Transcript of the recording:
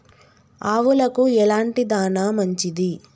ఆవులకు ఎలాంటి దాణా మంచిది?